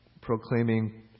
proclaiming